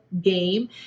game